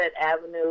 Avenue